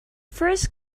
first